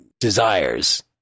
desires